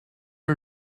are